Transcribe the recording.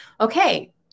Okay